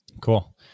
Cool